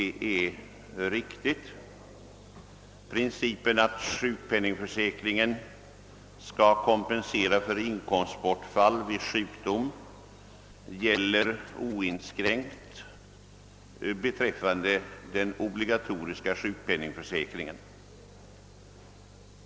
Principen att sjukpenningförsäkringen skall kompensera för inkomstbortfall vid sjukdom gäller oinskränkt beträffande den obligatoriska sjukpenningförsäkringen.